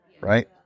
Right